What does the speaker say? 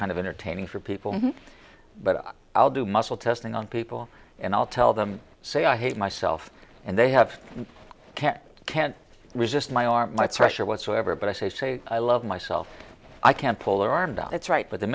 kind of entertaining for people but i'll do muscle testing on people and i'll tell them say i hate myself and they have a cat can't resist my arm i treasure whatsoever but i say i love myself i can't pull their arm down it's right but the